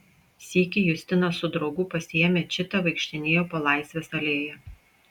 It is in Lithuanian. sykį justina su draugu pasiėmę čitą vaikštinėjo po laisvės alėją